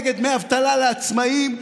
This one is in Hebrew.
נגד דמי אבטלה לעצמאים,